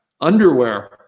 underwear